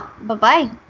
Bye-bye